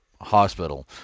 hospital